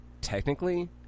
technically